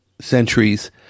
centuries